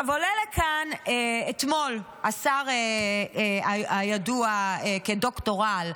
עכשיו, עולה לכאן אתמול השר הידוע כדוקטור רעל,